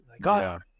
God